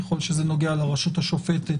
ככל שזה נוגע לרשות השופטת